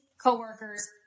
coworkers